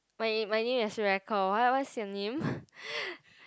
my name my name is Rachel what what's your name